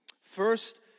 First